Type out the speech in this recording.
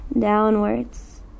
downwards